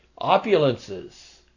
opulences